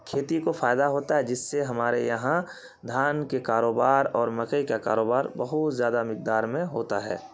کھیتی کو فائدہ ہوتا ہے جس سے ہمارے یہاں دھان کے کاروبار اور مکئی کا کاروبار بہت زیادہ مقدار میں ہوتا ہے